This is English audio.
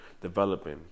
developing